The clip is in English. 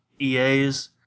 EA's